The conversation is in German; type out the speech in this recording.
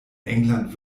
england